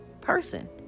...person